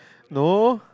no